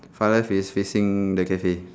far left is facing the cafe